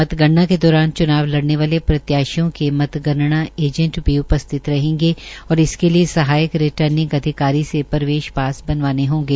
मतगणना के दौरान चुनाव लड़ने वाले प्रत्याशियों के मतगणाना एजेंट भी उपस्थित रहेंगे और इसके लिये सहायक रिटार्निंग अधिकारी से प्रवेश पास बनवाने होंगे